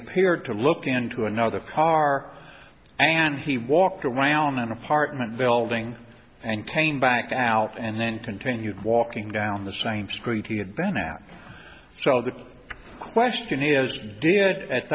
appeared to look into another car and he walked around an apartment building and paine backed out and then continued walking down the same street he had been at so the question is did at